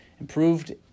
improved